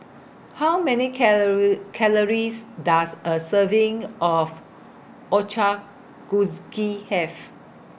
How Many Calories Does A Serving of Ochazuke Have